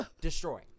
Destroy